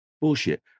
Bullshit